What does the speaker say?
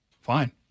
Fine